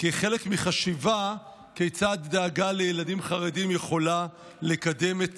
כחלק מחשיבה כיצד דאגה לילדים חרדים יכולה לקדם את